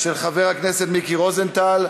אראל מרגלית, מיקי רוזנטל,